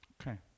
Okay